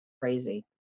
crazy